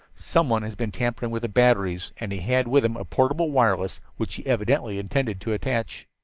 someone has been tampering with the batteries, and he had with him a portable wireless which he evidently intended to attach.